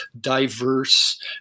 diverse